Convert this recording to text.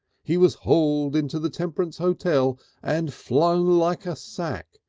he was hauled into the temperance hotel and flung like a sack,